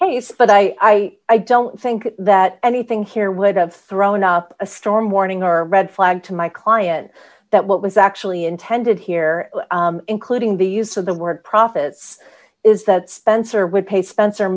retained but i i don't think that anything here would have thrown up a storm warning or red flag to my client that what was actually intended here including the use of the word profits is that spencer would pay spencer